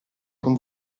con